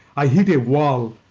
i hit a wall.